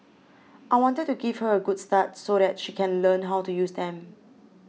I wanted to give her a good start so that she can learn how to use them